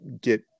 get